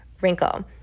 wrinkle